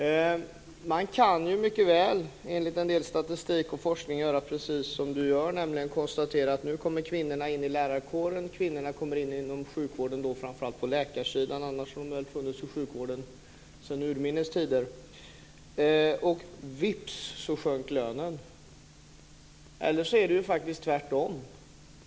Enligt statistik och forskning kan man mycket väl göra precis som Barbro Feltzing gör, nämligen konstatera att när kvinnorna kom in i lärarkåren eller i sjukvården - framför allt då på läkarsidan, annars har de funnits i sjukvården sedan urminnes tider - sjönk lönerna. Eller också är det precis tvärtom.